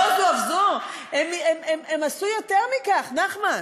לא זו אף זו, הם עשו יותר מכך, נחמן.